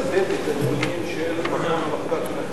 תצטט את הנתונים של מרכז המחקר של הכנסת.